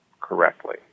correctly